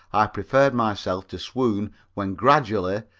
i prepared myself to swoon when gradually,